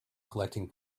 collecting